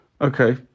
Okay